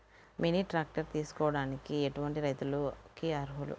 Mini tractor తీసుకోవడానికి ఎటువంటి రైతులకి అర్హులు?